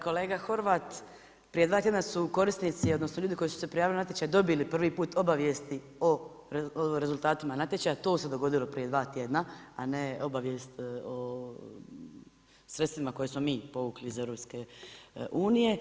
Kolega Horvat, prije 2 tjedna su korisnici, odnosno, ljudi koji su se prijavili na natječaj, dobili prvi put obavijesti o rezultatima natječajima, to se dogodilo prije 2 tjedna, a ne obavijest od sredstvima koje smo mi povukli iz EU.